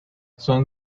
son